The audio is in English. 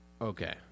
Okay